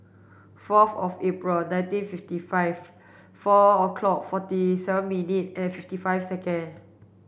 fourth of April nineteen fifty five four o'clock forty seven minutes and fifty five seconds